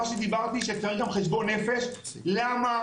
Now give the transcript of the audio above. מה שדיברתי שצריך גם חשבון נפש למה